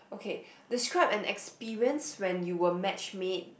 okay describe an experience when you were match made